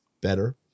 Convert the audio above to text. better